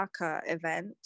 event